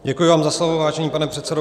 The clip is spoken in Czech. Děkuji vám za slovo, vážený pane předsedo.